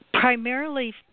Primarily